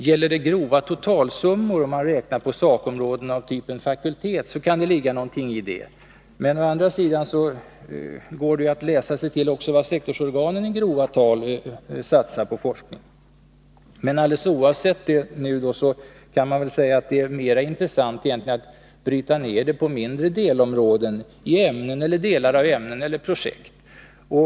Gäller det grova totalsummor, om man räknar på sakområden av typen fakultet, så kan det ligga någonting i det. Å andra sidan går det också att läsa sig till vad sektorsorganen i grova tal satsar på forskning. Men alldeles oavsett detta är det mera intressant att bryta ned det på mindre delområden, i ämnen eller delar av ämnen och projekt.